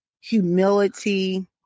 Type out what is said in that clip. humility